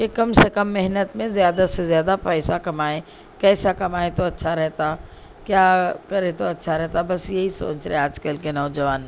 کہ کم سے کم محنت میں زیادہ سے زیادہ پیسہ کمائیں کیسا کمائے تو اچھا رہتا کیا کرے تو اچھا رہتا بس یہی سوچ رہے آج کل کے نوجوان